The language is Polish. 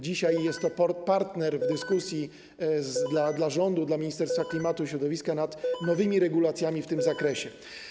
Dzisiaj jest to partner w dyskusji dla rządu, dla Ministerstwa Klimatu i Środowiska nad nowymi regulacjami w tym zakresie.